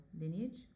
lineage